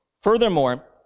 Furthermore